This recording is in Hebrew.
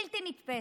בלתי נתפסת: